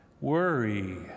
Worry